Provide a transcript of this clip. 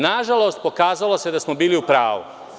Nažalost, pokazalo se da smo bili u pravu.